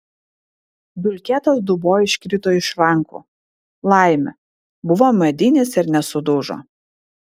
dulkėtas dubuo iškrito iš rankų laimė buvo medinis ir nesudužo